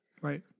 Right